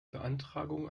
beantragung